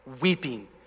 weeping